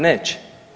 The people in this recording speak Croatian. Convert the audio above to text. Neće.